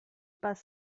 pas